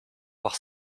voir